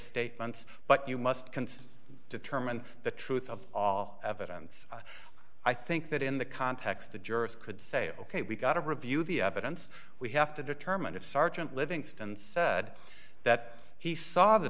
statements but you must consider determine the truth of all evidence i think that in the context the jurors could say ok we've got to review the evidence we have to determine if sergeant livingston said that he saw the